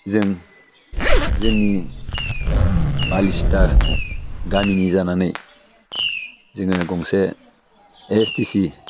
जों जोंनि बालिसिता गामिनि जानानै जोङो गंसे ए एस टि सि